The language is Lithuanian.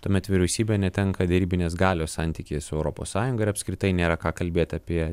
tuomet vyriausybė netenka derybinės galios santykyje su europos sąjunga ir apskritai nėra ką kalbėt apie